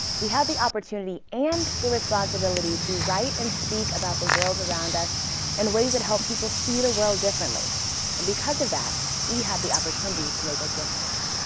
we had the opportunity and the responsibility to write and speak about the world around us in and ways that help people see the world differently and because of that we have the opportunity to make a difference,